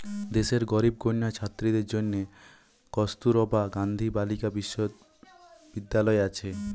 দেশের গরিব কন্যা ছাত্রীদের জন্যে কস্তুরবা গান্ধী বালিকা বিদ্যালয় আছে